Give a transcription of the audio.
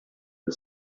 the